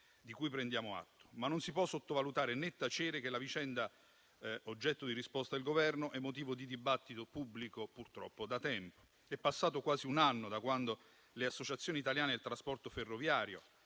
di cui prendiamo atto. Non si può, però, né sottovalutare né tacere che la vicenda oggetto di risposta del Governo è motivo di dibattito pubblico purtroppo da tempo. È trascorso quasi un anno da quando le associazioni italiane del trasporto ferroviario,